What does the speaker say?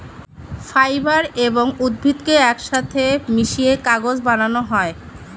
fibre এবং উদ্ভিদকে একসাথে মিশিয়ে কাগজ বানানো হয়